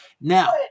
Now